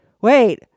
wait